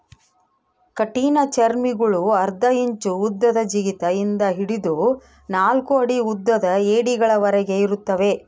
ಕಠಿಣಚರ್ಮಿಗುಳು ಅರ್ಧ ಇಂಚು ಉದ್ದದ ಜಿಗಿತ ಇಂದ ಹಿಡಿದು ನಾಲ್ಕು ಅಡಿ ಉದ್ದದ ಏಡಿಗಳವರೆಗೆ ಇರುತ್ತವೆ